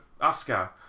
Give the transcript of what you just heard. Oscar